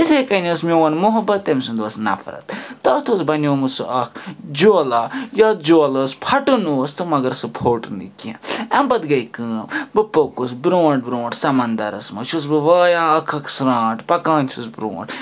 یِتھٕے کٔنۍ ٲس میٛون محبت تٔمۍ سٕنٛز ٲس نَفرَت تتھ اوس بَنیومُت سُہ اکھ جُوالا یتھ جُوالاہَس پھَٹُن اوس تہٕ مَگَر سُہ پھوٚٹ نہٕ کیٚنٛہہ امہِ پَتہٕ گٔے کٲم بہٕ پوٚکُس برٛونٛٹھ برٛونٛٹھ سَمَنٛدَرَس مَنٛز چھُس بہٕ وایان اکھ اکھ سرٛانٛٹھ پکان چھُس برٛونٛٹھ